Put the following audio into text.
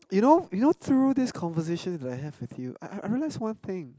you know you know through this conversation that I have with you I I realized one thing